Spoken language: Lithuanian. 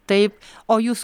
taip o jūs